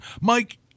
Mike